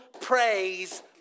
praise